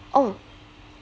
oh